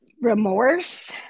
remorse